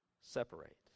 separate